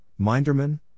Minderman